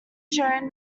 shown